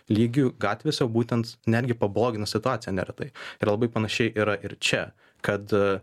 lygių gatvėse būtent netgi pablogina situaciją neretai ir labai panašiai yra ir čia kad